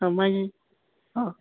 मागीर हय